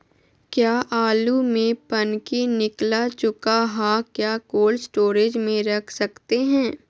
क्या आलु में पनकी निकला चुका हा क्या कोल्ड स्टोरेज में रख सकते हैं?